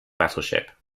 battleship